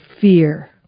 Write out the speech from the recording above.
fear